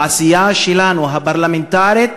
בעשייה הפרלמנטרית